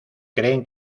creen